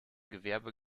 gewerbe